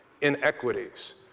inequities